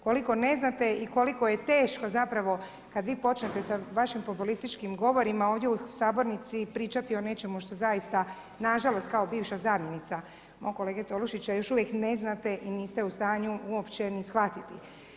Koliko ne znate i koliko je teško zapravo, kad vi počnete sa vašim populističkim govorima ovdje u Sabornici pričati o nečemu što zaista nažalost kao bivša zamjenica mog kolege Tolušića još uvijek ne znate i niste u stanju uopće u stanju ni shvatiti.